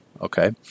okay